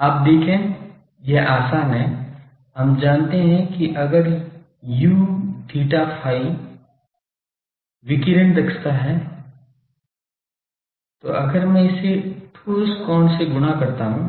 आप देखें यह आसान है हम जानते हैं कि अगर यू theta phi विकिरण दक्षता है तो अगर मैं इन्हें ठोस कोण से गुणा करता हूं